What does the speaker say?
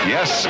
Yes